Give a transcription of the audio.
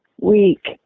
week